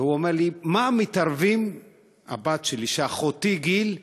והוא אומר לי: על מה מתערבים שאחותי גיל,